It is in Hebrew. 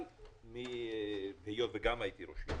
אבל היות וגם הייתי ראש עיר,